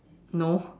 no